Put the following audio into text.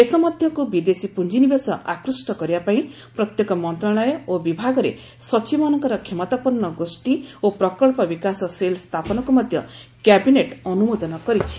ଦେଶ ମଧ୍ୟକୁ ବିଦେଶୀ ପୁଞ୍ଜିନିବେଶ ଆକୃଷ୍ଟ କରିବା ପାଇଁ ପ୍ରତ୍ୟେକ ମନ୍ତ୍ରଣାଳୟ ଓ ବିଭାଗରେ ସଚିବମାନଙ୍କର କ୍ଷମତାପନ୍ନ ଗୋଷ୍ଠୀ ଓ ପ୍ରକଳ୍ପ ବିକାଶ ସେଲ୍ ସ୍ଥାପନକୁ ମଧ୍ୟ କ୍ୟାବିନେଟ୍ ଅନୁମୋଦନ କରିଛି